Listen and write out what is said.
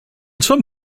some